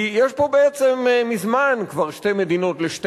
כי בעצם יש פה כבר מזמן שתי מדינות לשני